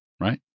right